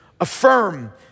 Affirm